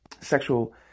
sexual